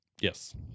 Yes